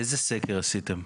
איזה סקר עשיתם?